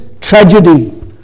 tragedy